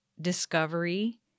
discovery